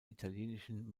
italienischen